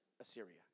Assyria